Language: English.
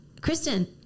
Kristen